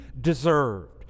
deserved